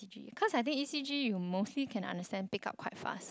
because I think E_C_G you mostly can understand pick up quite fast